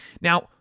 Now